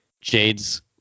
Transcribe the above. Jade's